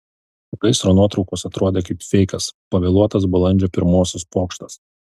gaisro nuotraukos atrodė kaip feikas pavėluotas balandžio pirmosios pokštas